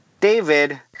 David